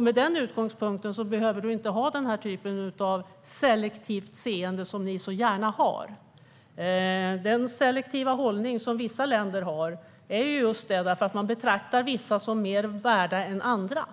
Med den utgångspunkten behöver man inte ha den typ av selektivt seende som ni så gärna har. Den selektiva hållning som vissa länder har är selektiv just därför att man betraktar vissa som mer värda än andra.